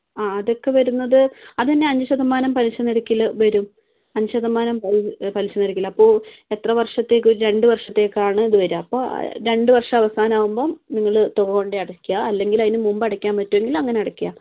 ആ അതൊക്കെ വരുന്നത് അതുതന്നെ അഞ്ച് ശതമാനം പലിശ നിരക്കിൽ വരും അഞ്ച് ശതമാനം പലിശ നിരക്കിൽ അപ്പോൾ എത്ര വർഷത്തേക്ക് ഒരു രണ്ട് വർഷത്തേക്കാണ് ഇത് വരിക അപ്പോൾ രണ്ട് വർഷം അവസാനം ആവുമ്പം നിങ്ങൾ തുക കൊണ്ടുപോയി അടക്കുക അല്ലെങ്കിൽ അതിന് മുമ്പ് അടക്കാൻ പറ്റുമെങ്കിൽ അങ്ങനെ അടയ്ക്കുക